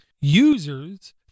Users